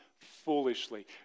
foolishly